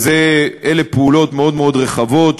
אלה פעולות מאוד מאוד רחבות,